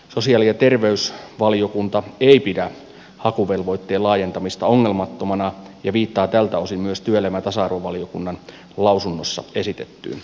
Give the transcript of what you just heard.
sosiaali ja terveysvaliokunta ei pidä hakuvelvoitteen laajentamista ongelmattomana ja viittaa tältä osin myös työelämä ja tasa arvovaliokunnan lausunnossa esitettyyn